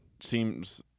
seems